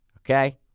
Okay